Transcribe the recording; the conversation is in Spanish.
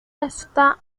está